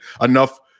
enough